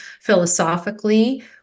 philosophically